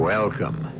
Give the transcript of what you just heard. Welcome